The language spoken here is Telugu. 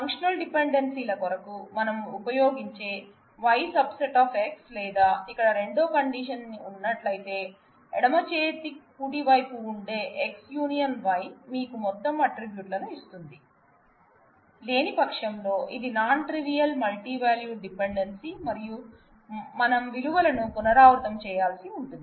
ఫంక్షనల్ డిపెండెన్సీల కొరకు మనం ఉపయోగించే Y⸦X లేదా ఇక్కడ రెండో కండిషన్ ఉన్నట్లయితే ఎడమచేతికుడి వైపు ఉండే X U Y మీకు మొత్తం ఆట్రిబ్యూట్ లను ఇస్తుంది లేనిపక్షంలో ఇది నాన్ ట్రివియల్ మల్టీవాల్యూడిపెండెన్సీ మరియు మనం విలువలను పునరావృతం చేయాల్సి ఉంటుంది